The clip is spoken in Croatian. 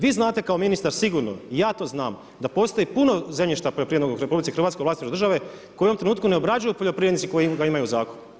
Vi znate kao ministar sigurno i ja to znam, da postoji puno zemljišta poljoprivrednog u RH u vlasništvu države koji u ovom trenutku ne obrađuju poljoprivrednici koji ga imaju u zakupu.